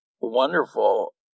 wonderful